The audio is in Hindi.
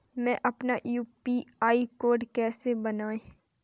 हम अपना यू.पी.आई कोड कैसे बनाएँ?